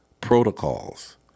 protocols